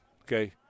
okay